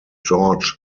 george